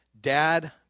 Dad